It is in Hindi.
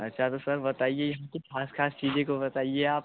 अच्छा तो सर बताइए यहाँ की खास खास चीजें को बताइए आप